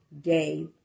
day